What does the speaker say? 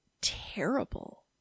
terrible